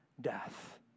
death